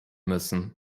müssen